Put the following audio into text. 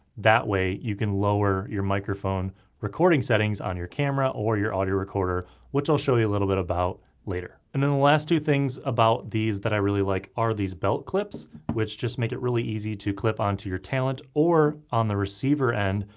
that way you can lower your microphone recording settings on your camera or your audio recorder which i'll show you a little bit about later. and then the last two things about these that i really like are these belt clips which just make it really easy to clip onto your talent or on the receiver end,